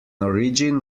origin